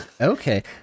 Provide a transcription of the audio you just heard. Okay